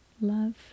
love